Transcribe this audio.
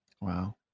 Wow